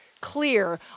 clear